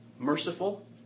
merciful